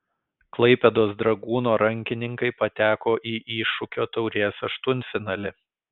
klaipėdos dragūno rankininkai pateko į iššūkio taurės aštuntfinalį